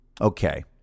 Okay